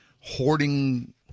hoarding